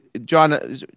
John